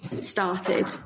started